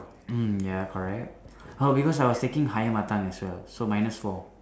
mm ya correct oh because I was taking higher mother tongue as well so minus four